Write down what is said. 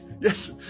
yes